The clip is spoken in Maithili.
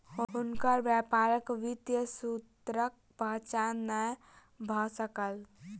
हुनकर व्यापारक वित्तीय सूत्रक पहचान नै भ सकल